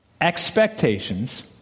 Expectations